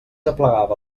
aplegava